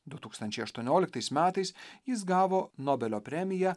du tūkastančiai aštuonioliktais metais jis gavo nobelio premiją